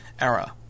era